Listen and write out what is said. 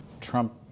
Trump